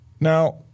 Now